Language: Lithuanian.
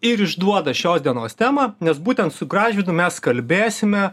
ir išduoda šios dienos temą nes būtent su gražvydu mes kalbėsime